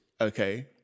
okay